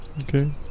Okay